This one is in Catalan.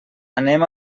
anem